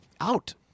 out